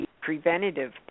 preventative